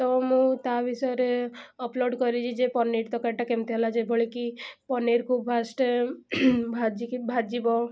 ତ ମୁଁ ତା' ବିଷୟରେ ଅପଲୋଡ଼୍ କରିଛି ଯେ ପନିର୍ ତକାରୀଟା କେମିତି ହେଲା ଯେଭଳି କି ପନିର୍କୁ ଫାର୍ଷ୍ଟ ଭାଜିବ